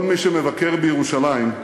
כל מי שמבקר בירושלים,